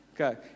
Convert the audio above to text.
Okay